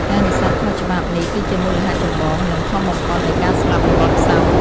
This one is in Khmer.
ការនេសាទខុសច្បាប់ នេះគឺជាមូលហេតុចម្បង និងធំបំផុតនៃការស្លាប់របស់ផ្សោត។